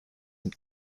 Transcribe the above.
and